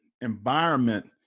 environment